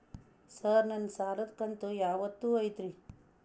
Sir ನನ್ನ ಸಾಲದ ಕಂತು ಯಾವತ್ತೂ ಐತ್ರಿ?